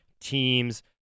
teams